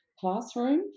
classroom